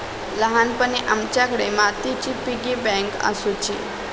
ल्हानपणी आमच्याकडे मातीची पिगी बँक आसुची